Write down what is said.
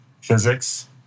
physics